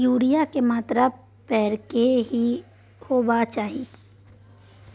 Urea के मात्रा परै के की होबाक चाही?